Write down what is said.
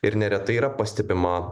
ir neretai yra pastebima